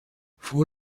vor